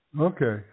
okay